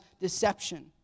deception